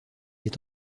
est